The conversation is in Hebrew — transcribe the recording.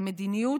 המדיניות